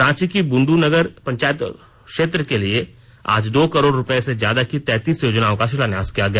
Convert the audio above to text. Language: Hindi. रांची की बुंडू नगर पंचायत क्षेत्र के लिए आज दो करोड़ रूपये से ज्यादा की तैंतीस योजनाओं का शिलान्यास किया गया